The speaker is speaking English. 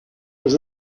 was